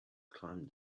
climbed